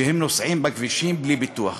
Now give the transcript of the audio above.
שנוסעים בכבישים בלי ביטוח.